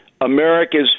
America's